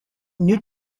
new